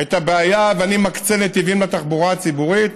את הבעיה ואני מקצה נתיבים לתחבורה הציבורית,